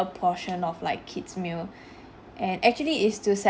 portion of like kids' meal and actually it's to cele~